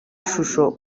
ishusho